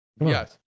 Yes